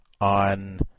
on